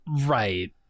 right